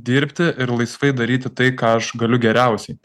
dirbti ir laisvai daryti tai ką aš galiu geriausiai